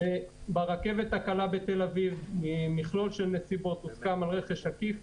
ברכבת הקלה בתל-אביב עם מכלול של נסיבות הוסכם על רכש עקיף,